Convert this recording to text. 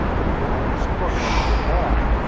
they were always struggling to get by.